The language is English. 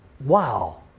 Wow